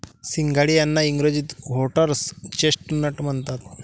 सिंघाडे यांना इंग्रजीत व्होटर्स चेस्टनट म्हणतात